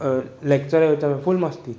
lecture जे विच में फुल मस्ती